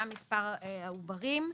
מה מספר העוברים,